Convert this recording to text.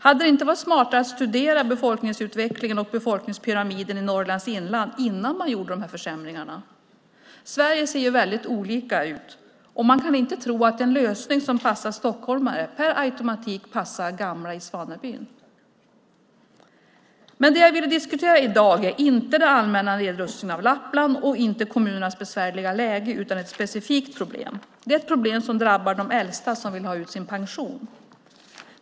Hade det inte varit smartare att studera befolkningsutvecklingen och befolkningspyramiden i Norrlands inland innan man gjorde de här försämringarna? Sverige ser ju väldigt olika ut, och man kan inte tro att en lösning som passar stockholmare per automatik passar gamla i Svanabyn. Men det jag ville diskutera i dag var inte den allmänna nedrustningen av Lappland och inte kommunernas besvärliga läge, utan ett specifikt problem. Det är ett problem som drabbar de äldsta som vill ha ut sin pension.